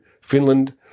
Finland